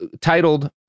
Titled